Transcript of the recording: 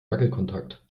wackelkontakt